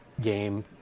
game